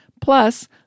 Plus